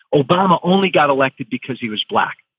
obama only got elected because he was black.